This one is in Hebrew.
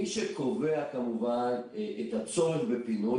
מי שקובע כמובן את הצורך בפינוי,